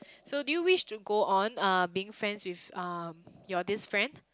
so do you wish to go on uh being friends with um your this friend